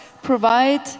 provide